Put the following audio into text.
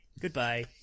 Goodbye